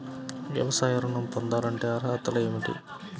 వ్యవసాయ ఋణం పొందాలంటే అర్హతలు ఏమిటి?